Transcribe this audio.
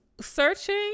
Searching